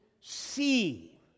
see